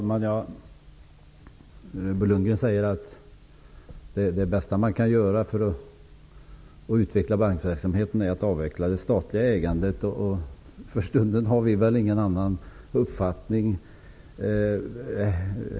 Herr talman! Bo Lundgren säger att det bästa man kan göra för att utvecklas bankverksamheten är att avveckla det statliga ägandet. För stunden har vi väl ingen annan uppfattning.